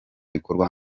bikorwa